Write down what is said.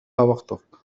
وقتك